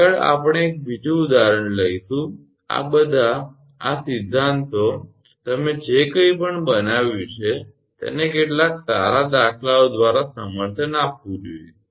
આગળ આપણે એક બીજું ઉદાહરણ લઈશું આ બધા આ સિદ્ધાંતોથિયરી તમે જે કંઈપણ બનાવ્યું છે તેને કેટલાક સારા દાખલાઓન્યુમેરીકલ્સ દ્વારા સમર્થન આપવું જોઈએ